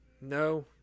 No